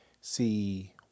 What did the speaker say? see